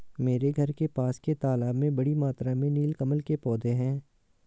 मेरे घर के पास के तालाब में बड़ी मात्रा में नील कमल के पौधें हैं